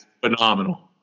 phenomenal